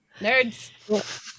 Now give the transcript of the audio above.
Nerds